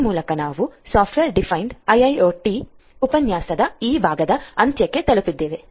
ಈ ಮೂಲಕ ನಾವು ಸಾಫ್ಟ್ವೇರ್ ಡಿಫೈನ್ಡ್ ಐಐಒಟಿ ಉಪನ್ಯಾಸದ ಈ ಭಾಗದ ಅಂತ್ಯಕ್ಕೆ ತಲುಪಿದ್ದೇವೆ